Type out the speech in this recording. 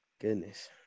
goodness